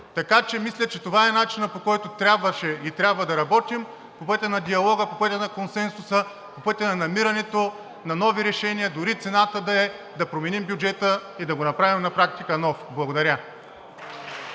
често. Мисля, че това е начинът, по който трябва да работим – по пътя на диалога, по пътя на консенсуса, по пътя на намирането на нови решения дори цената да е да променим бюджета и да го направим на практика нов. Благодаря.